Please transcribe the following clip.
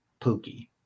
pookie